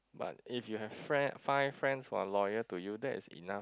but if you have friend~ five friends who are loyal to you that is enough